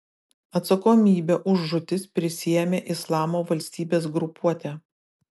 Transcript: atsakomybę už žūtis prisiėmė islamo valstybės grupuotė